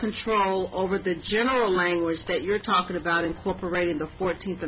control over the general language that you're talking about incorporating the fourteenth